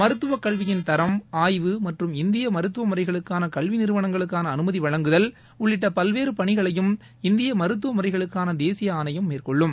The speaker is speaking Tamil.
மருத்துவ கல்வியின் தரம் ஆய்வு மற்றும் இந்திய மருத்துவ முறைகளுக்கான கல்வி நிறுவனங்களுக்கான அனுமதி வழங்குதல் உள்ளிட்ட பல்வேறு பனிகளையும் இந்திய மருத்துவ முறைகளுக்கான தேசிய ஆணையம் மேற்கொள்ளும்